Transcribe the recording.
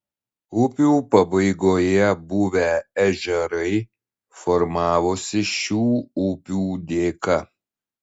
upių pabaigoje buvę ežerai formavosi šių upių dėka